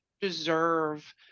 deserve